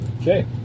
Okay